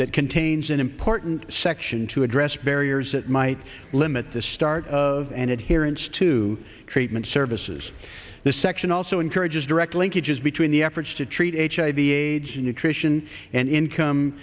that contains an important section to address barriers that might limit the start of an adherence to treatment services the section also encourages direct linkages between the efforts to treat hiv aids in nutrition and in